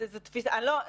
באר שבע היא מטרופולין.